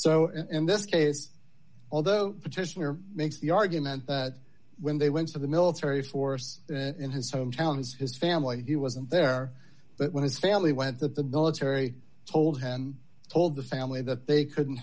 so in this case although petitioner makes the argument that when they went to the military force in his hometown as his family he wasn't there but when his family went that the military told him and told the family that they couldn't